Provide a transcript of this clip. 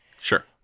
Sure